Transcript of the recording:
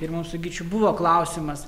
ir mums su gyčiu buvo klausimas